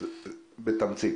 אז אני מבקש לדבר בתמצית.